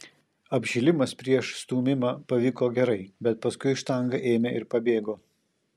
apšilimas prieš stūmimą pavyko gerai bet paskui štanga ėmė ir pabėgo